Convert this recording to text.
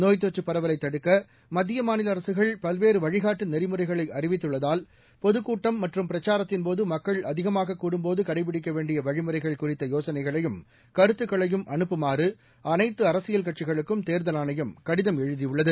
நோய்த் தொற்றுப் பரவலைதடுக்க மத்தியமாநிலஅரசுகள் பல்வேறுவழிகாட்டுநெறிமுறைகளைஅறிவித்துள்ளதால் பொதுக்கூட்டம் மற்றும் பிரச்சாரத்தின்போது மக்கள் அதிகமாககூடும்போதுகடை பிடிக்கவேண்டியவழிமுறைகள் குறித்தயோசனைகளையும் கருத்துக்களையும் அனுப்புமாறுஅனைத்துஅரசியல் கட்சிகளுக்கும் தேர்தல் ஆணையம் கடிதம் எழுதியுள்ளது